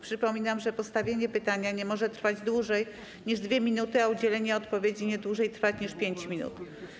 Przypominam, że postawienie pytania nie może trwać dłużej niż 2 minuty, a udzielenie odpowiedzi nie może trwać dłużej niż 5 minut.